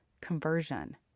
conversion